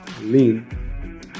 lean